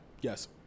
Yes